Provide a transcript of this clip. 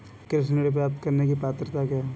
कृषि ऋण प्राप्त करने की पात्रता क्या है?